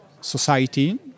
society